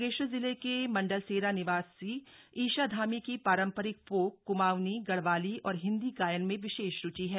बागेश्वर जिले के मंडलसेरा निवासी ईशा धामी की पारंपरिक फोक कुमाऊंनी गढ़वाली और हिंदी गायन में विशेष रुचि है